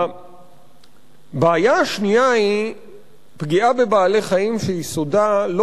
הבעיה השנייה היא פגיעה בבעלי-חיים שיסודה לא